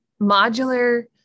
modular